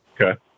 Okay